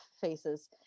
faces